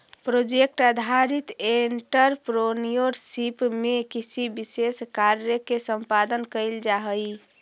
project आधारित entrepreneurship में किसी विशेष कार्य के संपादन कईल जाऽ हई